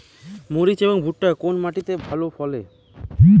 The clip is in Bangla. মরিচ এবং ভুট্টা কোন মাটি তে ভালো ফলে?